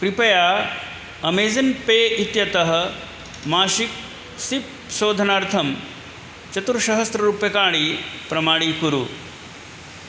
कृपया Amazon pay इत्यतः मासिकं सिप् शोधनार्थं चतुस्सहस्ररूप्यकाणि प्रमाणीकुरु